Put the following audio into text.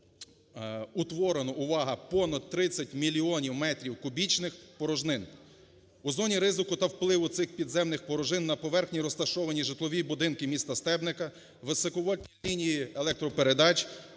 утворено, увага, понад 30 мільйонів метрів кубічних порожнин. У зоні ризику та впливу цих підземних порожнин на поверхні розташовані житлові будинки міста Стебника, високовольтні лінії електропередач,